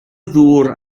ddŵr